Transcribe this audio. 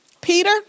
Peter